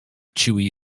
chewy